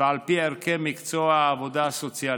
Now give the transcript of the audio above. ועל פי ערכי מקצוע העבודה הסוציאלית.